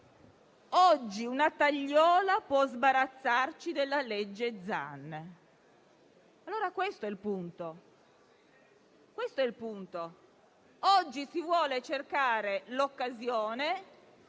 «Oggi una tagliola può sbarazzarci della legge Zan». Questo è il punto. Oggi si vuole cercare l'occasione